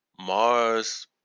Mars